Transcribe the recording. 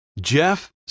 Jeff